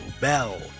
Bell